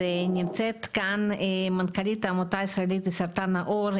נמצאת כאן מנכ"לית העמותה הישראלית לסרטן העור,